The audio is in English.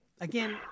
Again